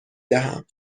دهم